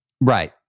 Right